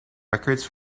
records